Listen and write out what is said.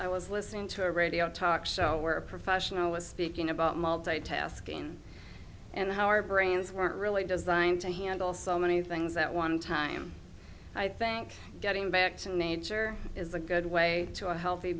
i was listening to a radio talk show where a professional was speaking about multitasking and how our brains weren't really designed to handle so many things that one time i think getting back to nature is a good way to a healthy